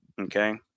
okay